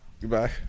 Goodbye